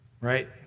right